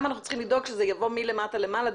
גם צריכים לדאוג שזה יבוא מלמטה למעלה,